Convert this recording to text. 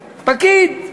פקיד.